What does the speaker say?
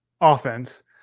offense